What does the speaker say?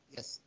Yes